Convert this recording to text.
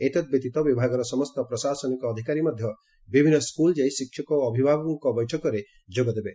ଏହାବ୍ୟତୀତ ବିଭାଗର ସମସ୍ତ ପ୍ରଶାସନ ଅଧିକାରୀ ମଧ୍ଧ ବିଭିନ୍ଦ ସ୍କୁଲ ଯାଇ ଶିକ୍ଷକ ଓ ଅଭିଭାବକଙ୍କ ବୈଠକରେ ଯୋଗଦେବେ